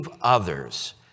others